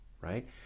right